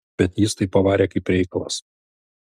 bet jis tai pavarė kaip reikalas